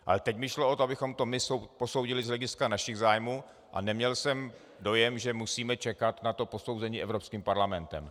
Ale teď mi šlo o to, abychom to my posoudili z hlediska našich zájmů, a neměl jsem dojem, že musíme čekat na to posouzení Evropským parlamentem.